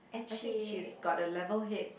I think she's got a level head